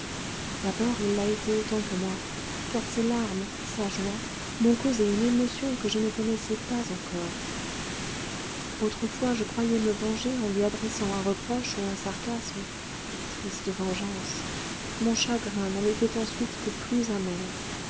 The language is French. d'abord il l'a été autant que moi car ses larmes sa joie m'ont causé une émotion que je ne connaissais pas encore autrefois je croyais me venger en lui adressant un reproche ou un sarcasme triste vengeance mon chagrin n'en était ensuite que plus amer